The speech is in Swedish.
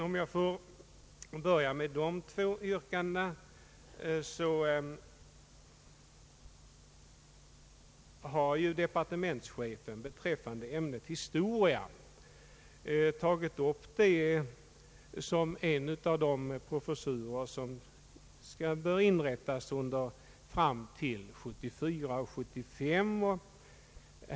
Om jag får börja med dessa två yrkanden, så har departementschefen beträffande ämnet historia tagit upp det som en av de professurer som bör inrättas fram till budgetåret 1974/75.